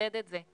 שנחדד את זה,